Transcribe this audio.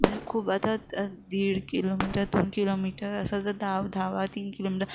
म्हणजे खूप आता दीड किलोमीटर दोन किलोमीटर असं जर दा धावा तीन किलोमीटर